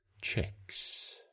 checks